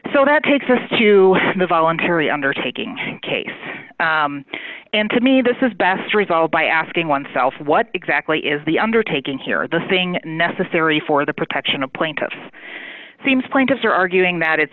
so that takes us to the voluntary undertaking case and to me this is best resolved by asking oneself what exactly is the undertaking here the thing necessary for the protection of plaintiff seems plaintiffs are arguing that it's